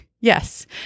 Yes